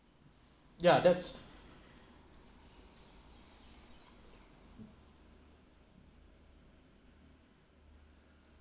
yeah that's